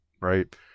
right